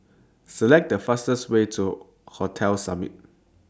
Select The fastest Way to Hotel Summit